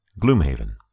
Gloomhaven